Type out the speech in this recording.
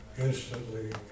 instantly